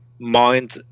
mind